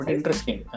Interesting